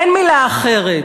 אין מילה אחרת.